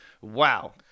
wow